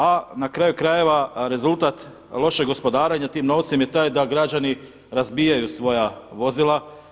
A na kraju krajeva rezultat lošeg gospodarenja tim novcem je taj da građani razbijaju svoja vozila.